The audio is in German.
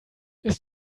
ist